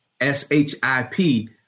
S-H-I-P